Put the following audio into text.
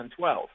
2012